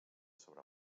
sobre